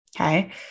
okay